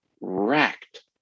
wrecked